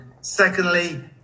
Secondly